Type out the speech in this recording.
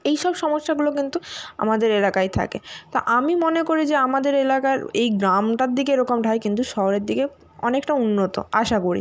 এই সব সমস্যাগুলো কিন্তু আমাদের এলাকায় থাকে তা আমি মনে করি যে আমাদের এলাকার এই গ্রামটার দিকে এরকমটা হয় কিন্তু শহরের দিকে অনেকটা উন্নত আশা করি